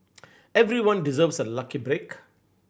everyone deserves a lucky break